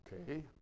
Okay